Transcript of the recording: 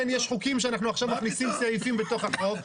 יש חוקים שאנחנו עכשיו מכניסים סעיפים בתוך החוק,